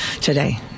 today